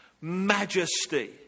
Majesty